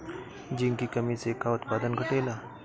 Zinc की कमी से का उत्पादन घटेला?